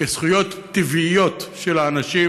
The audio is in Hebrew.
זכויות טבעיות של האנשים,